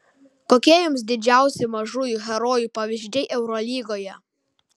kokie jums didžiausi mažųjų herojų pavyzdžiai eurolygoje